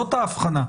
זאת ההבחנה.